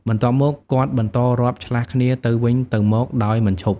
បន្ទាប់មក គាត់បន្តរាប់ឆ្លាស់គ្នាទៅវិញទៅមកដោយមិនឈប់។